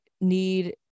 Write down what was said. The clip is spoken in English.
need